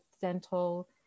dental